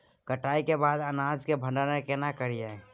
कटाई के बाद अनाज के भंडारण केना करियै?